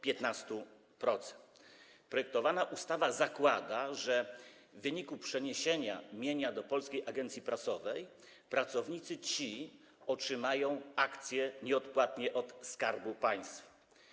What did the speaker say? Projektowana ustawa zakłada, że w wyniku przeniesienia mienia do Polskiej Agencji Prasowej pracownicy ci otrzymają akcje nieodpłatnie od Skarbu Państwa.